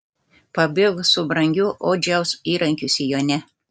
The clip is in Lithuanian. pabėgo su brangiu odžiaus įrankiu sijone